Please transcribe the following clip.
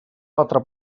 altra